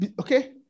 okay